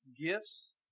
gifts